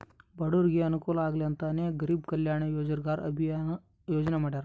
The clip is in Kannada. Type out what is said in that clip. ಬಡೂರಿಗೆ ಅನುಕೂಲ ಆಗ್ಲಿ ಅಂತನೇ ಗರೀಬ್ ಕಲ್ಯಾಣ್ ರೋಜಗಾರ್ ಅಭಿಯನ್ ಯೋಜನೆ ಮಾಡಾರ